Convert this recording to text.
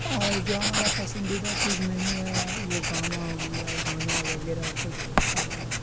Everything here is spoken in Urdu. اور جو ہمارا پسندیدہ چیز نہیں ہے وہ گانا ہو گیا گانا وغیرہ کچھ کہاں